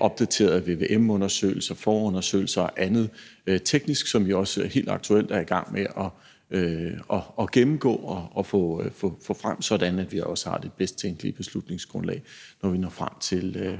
opdaterede vvm-undersøgelser, forundersøgelser og andet teknisk, som vi også helt aktuelt er i gang med at gennemgå og få frem, sådan at vi har det bedst tænkelige beslutningsgrundlag, når vi når frem til